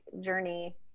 journey